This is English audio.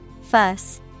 Fuss